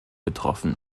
getroffen